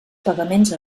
pagaments